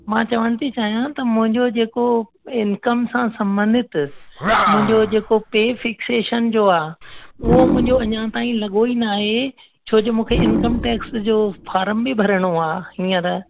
मां चवणु थी चाहियां त मुंहिंजो जेको इनकम सां संबंधित मुंहिंजो जेको पे फिक्सेशन जो आहे उहो मुंहिंजो अञा ताईं लॻो ई न आहे छो जो मूंखे इनकम टैक्स जो फॉर्म बि भरिणो आहे हींअर